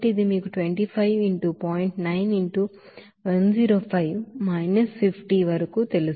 9 into 105 minus 50 వరకు తెలుసు